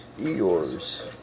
Eeyores